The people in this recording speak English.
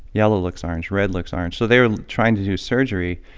yellow looks orange. red looks orange. so they're trying to do surgery,